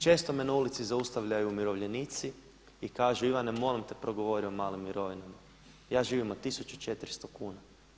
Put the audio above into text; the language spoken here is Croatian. Često me na ulici zaustavljaju umirovljenici i kažu, Ivane molim te progovori o malim mirovinama, ja živim od 1.400 kuna.